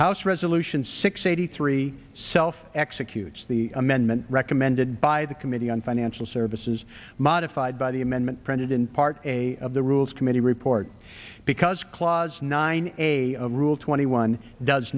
house resolution six eighty three self executes the amendment recommended by the committee on financial services modified by the amendment printed in part a of the rules committee report because clause nine a rule twenty one does